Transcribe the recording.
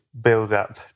build-up